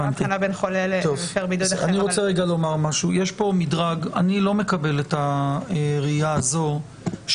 ללא הבחנה בין חולה למפר בידוד --- אני לא מקבל את הראייה הזאת שדינו